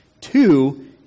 Two